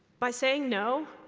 by saying no,